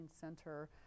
center